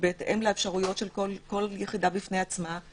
בהתאם לאפשרויות של כל יחידה בפני עצמה.